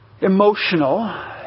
emotional